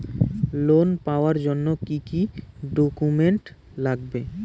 Loan পাওয়ার জন্যে কি কি ডকুমেন্ট লাগবে?